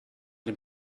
dem